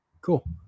cool